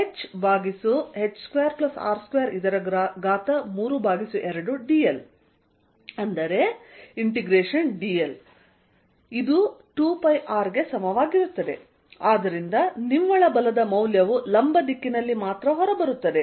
Fqλdl4π01h2R2 Fcosθqλ4π0hh2R232dl dl2πR ಆದ್ದರಿಂದ ನಿವ್ವಳ ಬಲದ ಮೌಲ್ಯವು ಲಂಬ ದಿಕ್ಕಿನಲ್ಲಿ ಮಾತ್ರ ಹೊರಬರುತ್ತದೆ